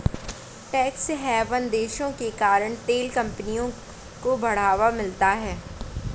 tax haven देशों के कारण तेल कंपनियों को बढ़ावा मिलता है